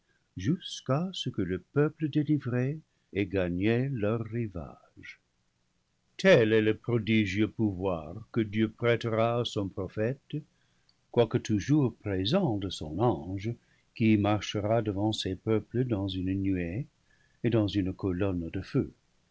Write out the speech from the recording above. jusqu'à ce que le peuple délivré ait gagné leur rivage tel est le prodigieux pouvoir que dieu prêtera à son prophète quoique toujours présent de son ange qui marchera devant ses peuples dans une nuée et dans une colonne de feu